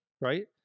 right